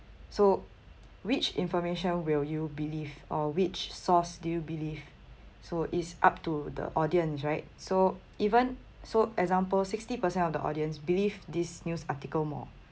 so which information will you believe or which source do you believe so it's up to the audience right so even so example sixty per cent of the audience believe this news article more